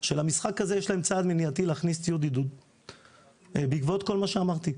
שלמשחק הזה יש להם צעד מניעתי להכניס ציוד עידוד בעקבות כל מה שאמרתי.